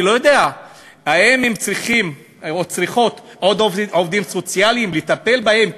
אני לא יודע אם הם צריכים או צריכות עוד עובדים סוציאליים לטפל בהן,